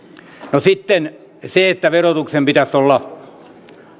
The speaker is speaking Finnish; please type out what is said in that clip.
no sitten se että verotuksen pitäisi olla